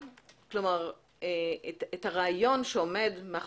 שכל בעלי המניות הם הרשויות המקומיות עדיין אין הצדקה.